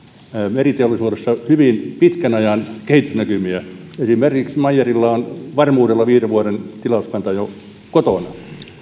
meriteollisuudessa hyvin pitkän ajan kehitysnäkymiä esimerkiksi meyerilla on varmuudella jo viiden vuoden tilauskanta kotona